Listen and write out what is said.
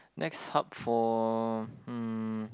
next hub for hmm